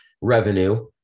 Revenue